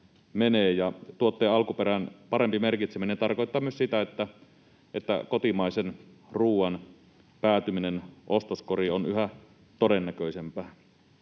tuotteen alkuperän parempi merkitseminen tarkoittaa myös sitä, että kotimaisen ruoan päätyminen ostoskoriin on yhä todennäköisempää.